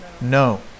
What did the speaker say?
no